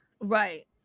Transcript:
right